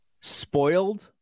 spoiled